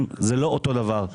זה לא אותו דבר.